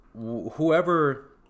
whoever